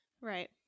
Right